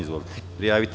Izvolite.